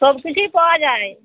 সব কিছুই পাওয়া যায়